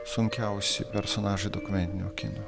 sunkiausi personažai dokumentinio kino